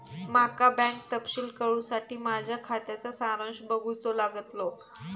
माका बँक तपशील कळूसाठी माझ्या खात्याचा सारांश बघूचो लागतलो